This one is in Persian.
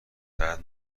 بعد